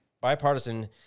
bipartisan